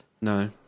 No